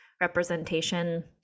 representation